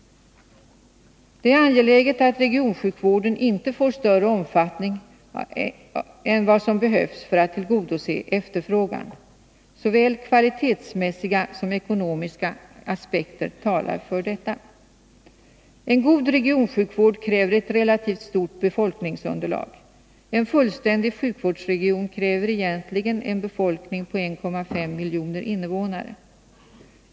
Det är angeläget att regionsjukvården inte får större omfattning än vad som behövs för att tillgodose efterfrågan. Såväl kvalitetsmässiga som ekonomiska aspekter talar för detta. En god regionsjukvård kräver ett relativt stort befolkningsunderlag. En fullständig sjukvårdsregion kräver egentligen en befolkning på 1,5 miljoner invånare.